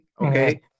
Okay